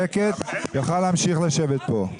אבל מי שיכול לשבת בשקט יוכל להמשיך לשבת פה.